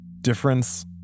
Difference